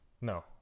No